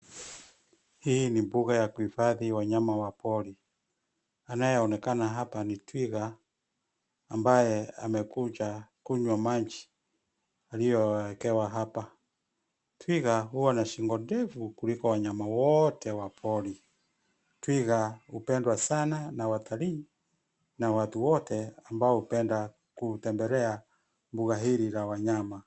Hii ni mbuga ya kuhifadhi wanyama wa pori. Anayeonekana hapa ni twiga ambaye amekuja kunywa maji aliyowekewa hapa. Twiga huwa na shingo ndefu kuliko wanyama wote wa pori. Twiga hupendwa sana na watalii na watu wote ambao hupenda kutembelea mbuga hili la wanyama.